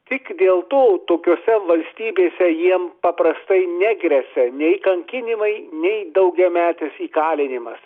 tik dėl to tokiose valstybėse jiem paprastai negresia nei kankinimai nei daugiametis įkalinimas